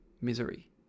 misery